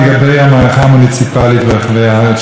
ברחבי הארץ שעומדת להתקיים בעוד שבועיים.